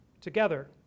together